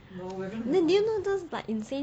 you know those like insane